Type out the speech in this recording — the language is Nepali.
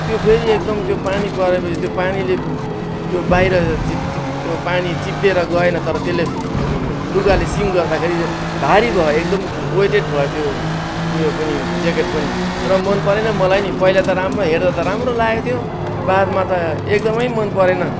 त्यो फेरि एकदम त्यो पानी परेपछि त्यो पानीले त्यो बाहिर चिप चिप त्यो पानी चिप्लेर गएन तर त्यसले लुगाले सिङ्क गर्दाखेरि भारी भयो एकदम वेटेट भयो त्यो उयो पनि ज्याकेट पनि र मन परेन मलाई नि पहिला त राम्रो हेर्दा त राम्रो लागेको थियो बादमा त एकदमै मन परेन